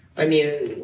i mean,